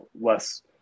less